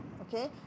Okay